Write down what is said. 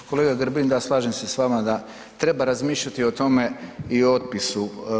Kolega Grbin, da slažem se s vama da treba razmišljati o tome i o otpisu.